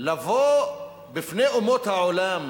לבוא בפני אומות העולם